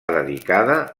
dedicada